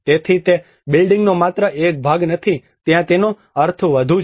તેથી તે બિલ્ડિંગનો માત્ર એક ભાગ નથી ત્યાં તેનો અર્થ વધુ છે